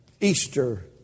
Easter